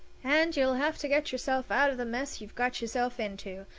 and you'll have to get yourself out of the mess you've got yourself into,